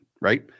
right